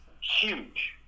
Huge